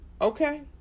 okay